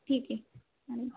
ठीक आहे चालेल